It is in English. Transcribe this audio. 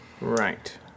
Right